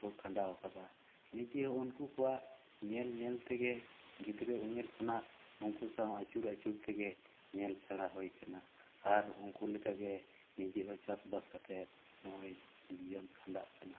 ᱠᱷᱟᱸᱰᱟᱣ ᱟᱠᱟᱫᱟ ᱱᱤᱡᱮ ᱩᱱᱠᱩ ᱠᱚᱣᱟᱜ ᱧᱮᱧ ᱧᱮᱧ ᱛᱮᱜᱮ ᱜᱤᱫᱽᱨᱟᱹ ᱩᱢᱮᱹᱨ ᱠᱷᱚᱱᱟᱜ ᱩᱱᱠᱩ ᱥᱟᱶ ᱟᱹᱪᱩᱨ ᱟᱹᱪᱩᱨ ᱛᱮᱜᱮ ᱧᱮᱞ ᱥᱮᱬᱟ ᱦᱩᱭ ᱟᱠᱟᱱᱟ ᱟᱨ ᱱᱤᱡᱮ ᱦᱚᱸ ᱪᱟᱥ ᱵᱟᱥ ᱠᱟᱛᱮᱜ ᱱᱚᱜᱼᱚᱭ ᱡᱤᱭᱚᱱ ᱠᱷᱟᱱᱰᱟᱜ ᱠᱟᱱᱟ